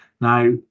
now